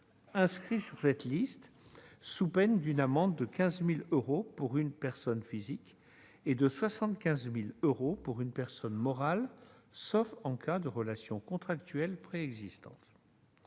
inscrit sur cette liste, sous peine d'une amende de 15 000 euros pour une personne physique et de 75 000 euros pour une personne morale, sauf en cas de relations contractuelles préexistantes